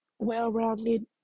well-rounded